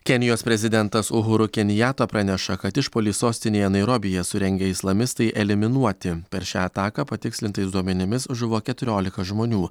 kenijos prezidentas uhuru kenijata praneša kad išpuolį sostinėje nairobyje surengę islamistai eliminuoti per šią ataką patikslintais duomenimis žuvo keturiolika žmonių